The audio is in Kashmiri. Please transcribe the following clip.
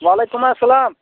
وعلیکُم اَسَلام